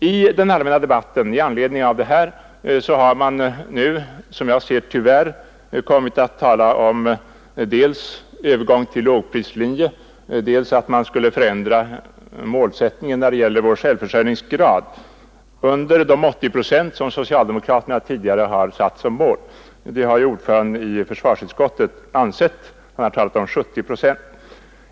I den allmänna debatten har man nu tyvärr kommit att tala om dels övergång till lågprislinje, dels om att man skulle förändra målsättningen när det gäller vår självförsörjningsgrad under de 80 procent som socialdemokraterna tidigare satt som mål. Ordföranden i försvarsutredningen har talat om 70 procent.